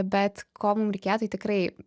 bet ko mum reikėjo tai tikrai